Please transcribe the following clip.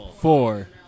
Four